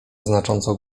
znacząco